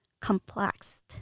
complexed